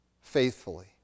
faithfully